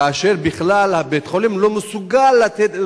כאשר בכלל בית-החולים לא מסוגל לתת את